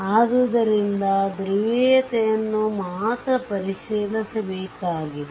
ಆದ್ದರಿಂದ ಧ್ರುವೀಯತೆಯನ್ನು ಮಾತ್ರ ಪರಿಶೀಲಿಸಬೇಕಾಗಿದೆ